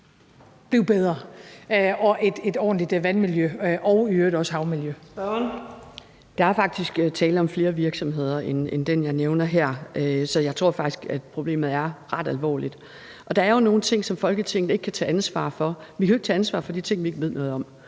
(Karina Adsbøl): Spørgeren. Kl. 13:38 Mona Juul (KF): Der er faktisk tale om flere virksomheder end den, jeg nævner her, så jeg tror faktisk, at problemet er ret alvorligt. Der er nogle ting, som Folketinget ikke kan tage ansvar for. Vi kan jo ikke tage ansvar for de ting, vi ikke ved noget om.